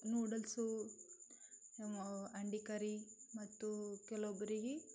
noodles ಅಂಡಾ curry ಮತ್ತು ಕೆಲವೊಬ್ಬರಿಗೆ